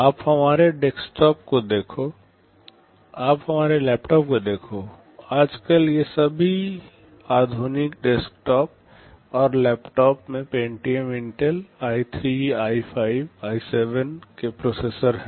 आप हमारे डेस्कटॉप को देखो आप हमारे लैपटॉप को देखो आज कल के सभी आधुनिक डेस्कटॉप और लैपटॉप मे Pentium Intel i3 i5 i7 के प्रोसेसर हैं